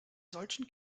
solchen